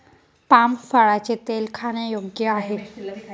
palm फळाचे तेल खाण्यायोग्य आहे